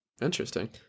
Interesting